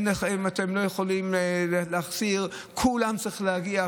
אתם לא יכולים להחסיר, כולם צריכים להגיע.